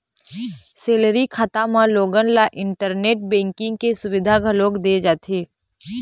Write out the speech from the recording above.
salary खाता म लोगन ल इंटरनेट बेंकिंग के सुबिधा घलोक दे जाथे